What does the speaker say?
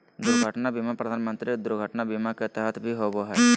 दुर्घटना बीमा प्रधानमंत्री दुर्घटना बीमा के तहत भी होबो हइ